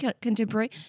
contemporary